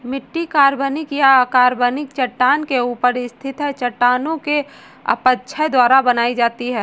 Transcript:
मिट्टी कार्बनिक या अकार्बनिक चट्टान के ऊपर स्थित है चट्टानों के अपक्षय द्वारा बनाई जाती है